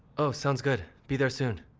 oh, sounds good. be there soon.